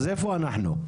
אז איפה אנחנו?